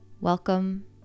Welcome